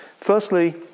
Firstly